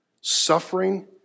suffering